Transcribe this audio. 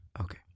Okay